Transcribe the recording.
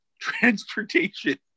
transportation